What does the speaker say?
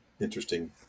interesting